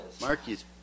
Marky's